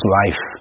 life